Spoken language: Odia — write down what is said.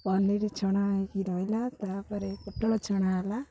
ପନିର ଛଣା ହେଇକି ରହିଲା ତା'ପରେ ପୋଟଳ ଛଣା ହେଲା